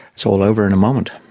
it's all over in a moment.